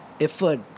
effort